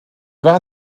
war